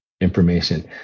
information